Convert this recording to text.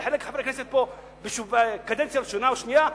וחלק מחברי הכנסת פה הם בקדנציה ראשונה או שנייה.